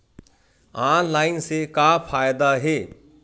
Online से का फ़ायदा हे?